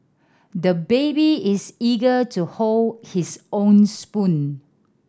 the baby is eager to hold his own spoon